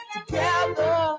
Together